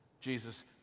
Jesus